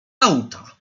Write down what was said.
auta